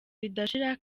ridashira